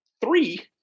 three